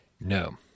No